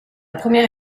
première